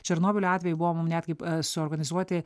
černobylio atveju buvo mum netgi suorganizuoti